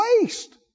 waste